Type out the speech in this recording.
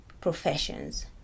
professions